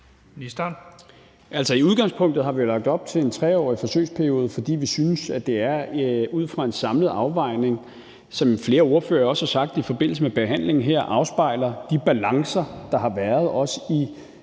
i udgangspunktet har vi lagt op til en 3-årig forsøgsperiode, fordi vi synes, at det ud fra en samlet afvejning afspejler – som flere ordførere også har sagt i forbindelse med behandlingen her – de balancer, der har været i